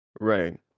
right